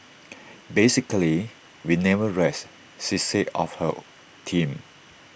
basically we never rest she said of her team